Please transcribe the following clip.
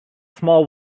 small